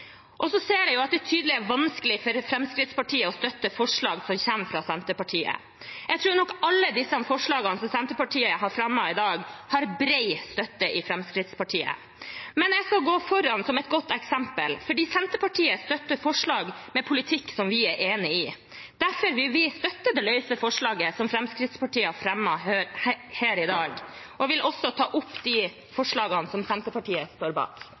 Så ser jeg at det tydeligvis er vanskelig for Fremskrittspartiet å støtte forslag som kommer fra Senterpartiet. Jeg tror nok alle de forslagene som Senterpartiet har fremmet i dag, har bred støtte i Fremskrittspartiet. Jeg skal gå foran som et godt eksempel, for Senterpartiet støtter forslag med politikk som vi er enig i. Derfor vil vi støtte det løse forslaget som Fremskrittspartiet har fremmet her i dag. Jeg vil også ta opp de forslagene Senterpartiet står bak. Da har representanten Sandra Borch tatt opp de forslagene Senterpartiet står bak.